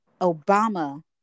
Obama